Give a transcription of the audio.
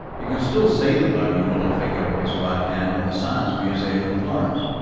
you can still see the bony middle finger of his right hand in the science museum in florence,